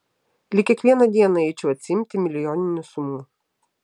lyg kiekvieną dieną eičiau atsiimti milijoninių sumų